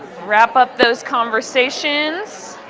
wrap up those conversations.